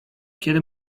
kiedy